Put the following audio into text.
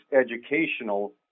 educational